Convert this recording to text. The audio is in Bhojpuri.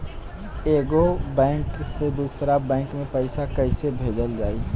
एगो बैक से दूसरा बैक मे पैसा कइसे भेजल जाई?